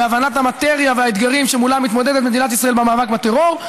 בהבנת המטריה והאתגרים שמולם מתמודדת מדינת ישראל במאבק בטרור,